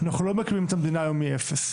אנחנו לא מקימים את המדינה היום מאפס,